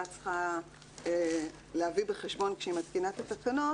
צריכה להביא בחשבון כשהיא מתקינה את התקנות,